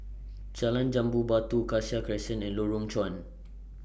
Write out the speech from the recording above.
Jalan Jambu Batu Cassia Crescent and Lorong Chuan